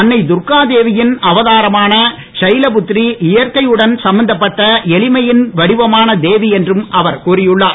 அன்னை துர்கா தேவியின் அவதாரமான ஷைலபுத்ரி இயற்கையுடன் சம்பந்தப்பட்ட எளிமையின் வடிவமான தேவி என்றும் அவர் கூறியுள்ளார்